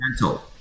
mental